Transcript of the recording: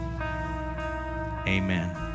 amen